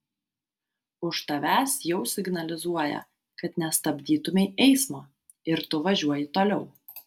už tavęs jau signalizuoja kad nestabdytumei eismo ir tu važiuoji toliau